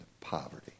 poverty